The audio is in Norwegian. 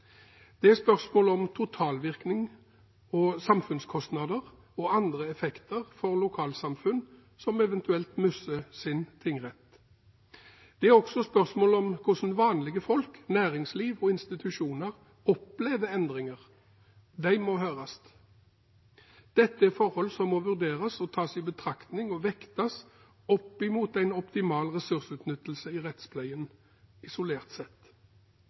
Det er spørsmål om totalvirkning og samfunnskostnader, og om andre effekter for lokalsamfunn som eventuelt mister sin tingrett. Det er også spørsmål om hvordan vanlige folk, næringsliv og institusjoner opplever endringer. De må høres. Dette er forhold som må vurderes og tas i betraktning, og vektes opp mot en optimal ressursutnyttelse i rettspleien isolert sett.